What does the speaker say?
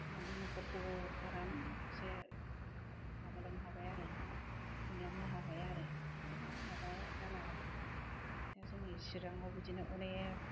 नोंनि न'खरखौबो आरामसे माबा लांनो हाबाय आरो खुंलांनो हाबाय आरो खुनु माबा जाला आरो आमफ्राइ दा जोंनि चिराङाव बिदिनो अनेक